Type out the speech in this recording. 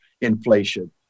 inflation